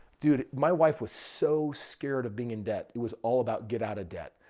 dude, my wife was so scared of being in debt. it was all about get out of debt.